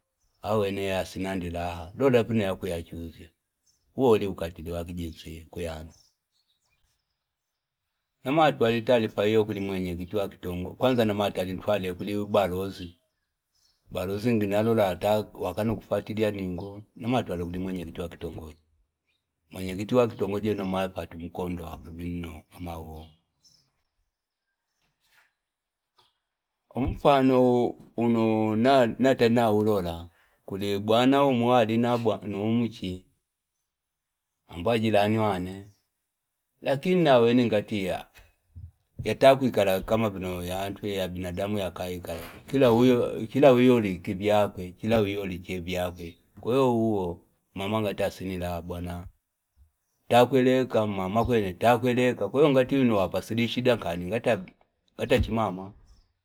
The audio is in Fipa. Awe na ya asinandi laha, doda pina ya kuyachuze. Uo li ukatili wakijinchwe, kuyango. Na maatu wali tali fayo kuli mwenye kitu wakitongo. Kwanza na maatu wali tali fayo kuli barozi. Barozi ndi na lola ataku, wakanu kufatili ya ningo. Na maatu wali kuli mwenye kitu wakitongo. Mwenye kitu wakitongo jeno na maafa tu mkondo hapibino. Umpano unu nate na urola. Kuli buwana umu wali na umuchi. Mpajilani wane. Lakini na weningatia. Yataku ikala kama pino ya antwe ya binadamu ya kaikala. Chila uyo li kibi yape. Chila uyo li kibi yape. Kuyo uwo, mama nga tasini laha buwana. Taku eleka, mama kwenye taku eleka. Taku eleka, mama kwenye taku eleka. Ngati unowapasile ishida nkani ngati achimama.